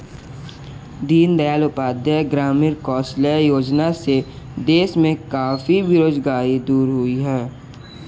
दीन दयाल उपाध्याय ग्रामीण कौशल्य योजना से देश में काफी बेरोजगारी दूर हुई है